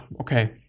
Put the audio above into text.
okay